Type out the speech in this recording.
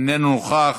אינו נוכח,